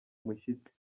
umushyitsi